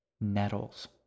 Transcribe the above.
Nettles